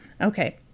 Okay